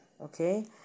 Okay